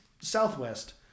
Southwest